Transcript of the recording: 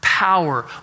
Power